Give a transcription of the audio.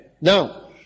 now